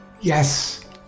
yes